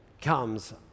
comes